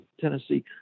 Tennessee